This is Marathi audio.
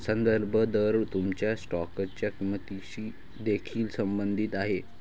संदर्भ दर तुमच्या स्टॉकच्या किंमतीशी देखील संबंधित आहे